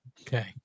Okay